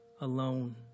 alone